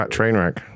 Trainwreck